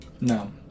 No